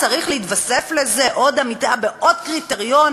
צריכה להתווסף לזה עוד עמידה בעוד קריטריון